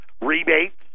rebates